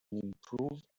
improve